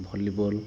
volley ball